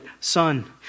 son